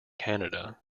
canada